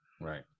right